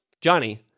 Johnny